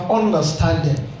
understanding